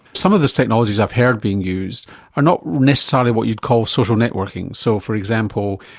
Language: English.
some of the technologies i've heard being used are not necessarily what you'd call social networking. so, for example,